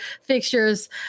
fixtures